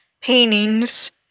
paintings